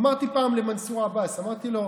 אמרתי פעם למנסור עבאס, אמרתי לו: